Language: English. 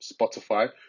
Spotify